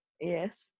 yes